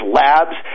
labs